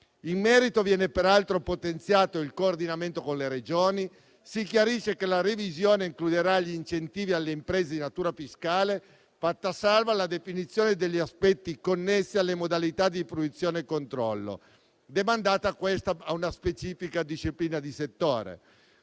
Nel merito, viene peraltro potenziato il coordinamento con le Regioni; si chiarisce che la revisione includerà gli incentivi alle imprese di natura fiscale; viene fatta salva la definizione degli aspetti connessi alle modalità di fruizione e controllo, demandata, questa, a una specifica disciplina di settore,